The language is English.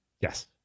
yes